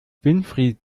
winfried